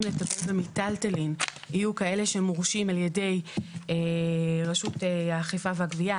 לטפל במיטלטלין יהיו כאלה שמורשים על ידי רשות האכיפה והגבייה,